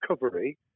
recovery